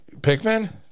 Pikmin